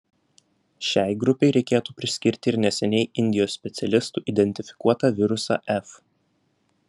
šiai grupei reikėtų priskirti ir neseniai indijos specialistų identifikuotą virusą f